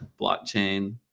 blockchain